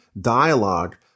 dialogue